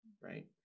right